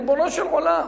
ריבונו של עולם,